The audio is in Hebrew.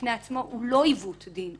בפני עצמו הוא לא עיוות דין,